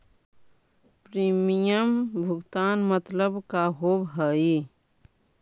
Premium भुगतान मतलब का होव हइ?